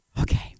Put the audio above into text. Okay